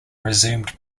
resumed